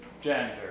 gender